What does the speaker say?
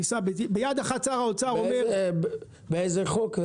ביד אחת שר האוצר אומר --- באיזה חוק?